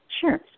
Sure